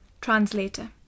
translator